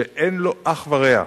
שאין לו אח ורע,